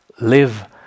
live